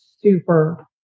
super